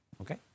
Okay